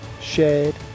shared